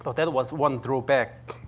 but that was one drawback.